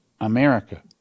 America